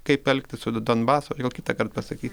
kaip elgtis su don donbaso aš gal kitą kartą pasaky